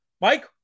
Mike